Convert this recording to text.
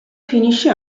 finisce